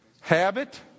Habit